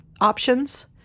options